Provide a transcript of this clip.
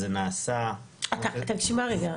אז זה נעשה --- תשמע רגע,